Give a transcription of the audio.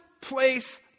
place